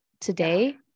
today